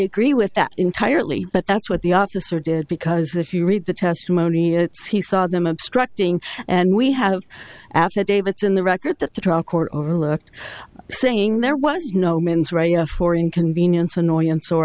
agree with that entirely but that's what the officer did because if you read the testimony it's he saw them obstructing and we have affidavits in the record that the trial court overlooked saying there was no men's right for inconvenience annoyance or